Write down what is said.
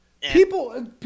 People